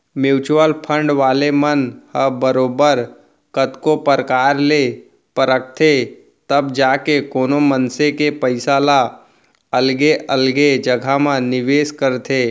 mutual fund वाले मन ह बरोबर कतको परकार ले परखथें तब जाके कोनो मनसे के पइसा ल अलगे अलगे जघा म निवेस करथे